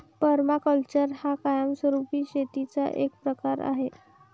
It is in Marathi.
पर्माकल्चर हा कायमस्वरूपी शेतीचा एक प्रकार आहे